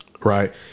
Right